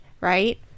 right